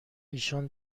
ایشان